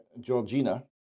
Georgina